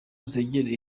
zegereye